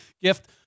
Gift